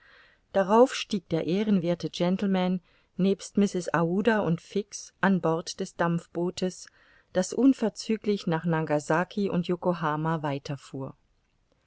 darauf stieg der ehrenwerthe gentleman nebst mrs aouda und fix an bord des dampfbootes das unverzüglich nach nangasaki und yokohama weiter